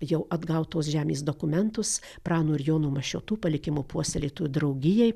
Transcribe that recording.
jau atgautos žemės dokumentus prano ir jono mašiotų palikimo puoselėtojų draugijai